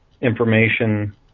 information